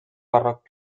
barroc